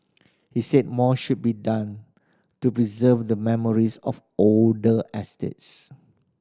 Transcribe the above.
he said more should be done to preserve the memories of older estates